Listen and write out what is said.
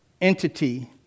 entity